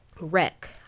wreck